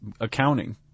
accounting